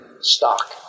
stock